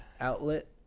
outlet